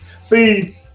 See